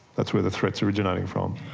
that's where the threat is originating from,